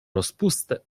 rozpustę